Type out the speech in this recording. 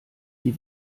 die